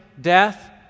death